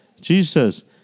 Jesus